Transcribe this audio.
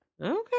Okay